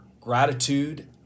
gratitude